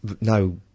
no